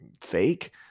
fake